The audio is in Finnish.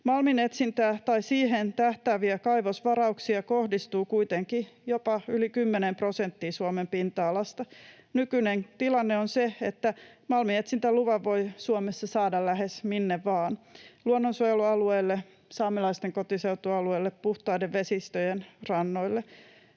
Malminetsintää tai siihen tähtääviä kaivosvarauksia kohdistuu kuitenkin jopa yli 10 prosenttiin Suomen pinta-alasta. Nykyinen tilanne on se, että malminetsintäluvan voi Suomessa saada lähes minne vain: luonnonsuojelualueelle, saamelaisten kotiseutualueelle, puhtaiden vesistöjen rannoille.